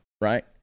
right